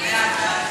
נתקבל.